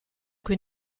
cui